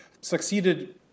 succeeded